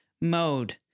mode